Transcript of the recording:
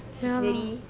ya